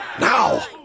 Now